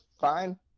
fine